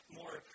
more